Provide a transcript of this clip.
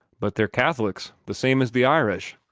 but they're catholics, the same as the irish,